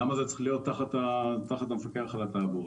למה זה צריך להיות תחת המפקח על התעבורה?